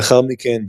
לאחר מכן,